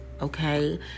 okay